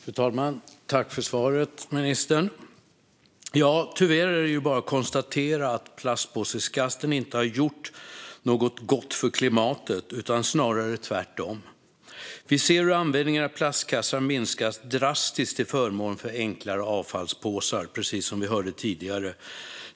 Fru talman! Tack för svaret, ministern! Tyvärr är det bara att konstatera att plastpåseskatten inte har gjort något gott för klimatet utan snarare tvärtom. Vi ser hur användningen av plastkassar minskat drastiskt till förmån för enklare avfallspåsar, precis som vi hörde tidigare.